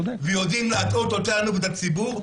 ויודעים להטעות אותנו ואת הציבור,